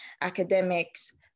academics